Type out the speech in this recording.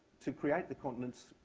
to create the continents,